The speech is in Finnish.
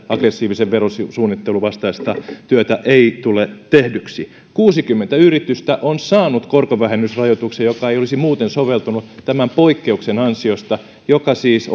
aggressiivisen verosuunnittelun vastaista työtä ei tule tehdyksi kuusikymmentä yritystä on saanut korkovähennysrajoituksen joka ei olisi muuten soveltunut tämän poikkeuksen ansiosta joka siis